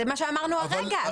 זה מה שאמרנו כרגע.